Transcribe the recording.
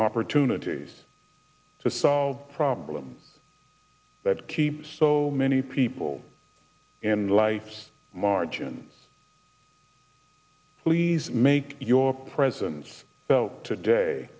opportunities to solve a problem that keeps so many people in lights margin please make your presence felt today